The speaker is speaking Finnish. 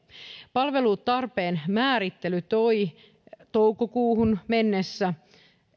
palvelutarpeen määrittely toi toukokuuhun mennessä